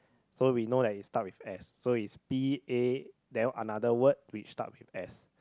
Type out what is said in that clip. so we know that it start with S so it's p_a then another word which start with S